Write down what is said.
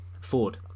Ford